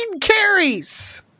carries